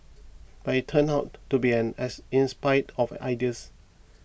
but it turned out to be an as inspired of ideas